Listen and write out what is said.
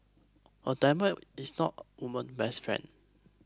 a diamond is not woman's best friend